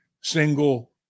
single